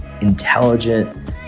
intelligent